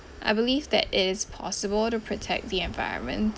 I believe that it is possible to protect the environment